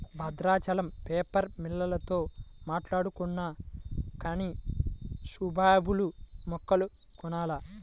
Bhadrachalam paper మిల్లోల్లతో మాట్టాడుకొన్నాక గానీ సుబాబుల్ మొక్కలు కొనాల